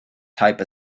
type